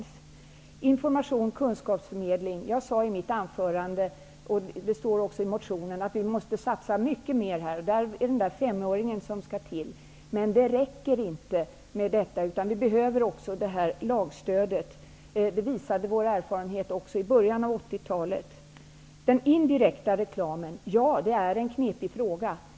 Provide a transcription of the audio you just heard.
När det gäller information och kunskapsförmedling sade jag i mitt anförande -- och det står också i motionen -- att vi måste satsa mycket mer. Det är här femöringen skall användas. Men det räcker inte med detta, utan också det här lagstödet behövs. Det visade vår erfarenhet också i början av 80-talet. Den indirekta reklamen är en knepig fråga.